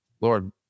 Lord